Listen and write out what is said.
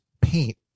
paint